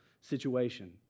situation